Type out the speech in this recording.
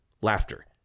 laughter